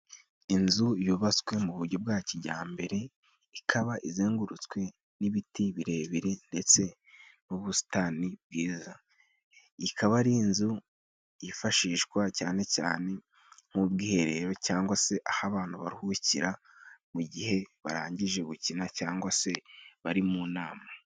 Inzu yubatswe mu buryo bwa kijyambere. Ikaba izengurutswe n'ibiti birebire ndetse n'ubusitani bwiza. Ikaba ari inzu yifashishwa cyane cyane nk'ubwiherero, cyangwa se aho abantu baruhukira mu gihe barangije gukina cyangwa se bari mu nama.